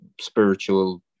spiritual